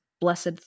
Blessed